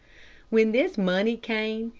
when this money came,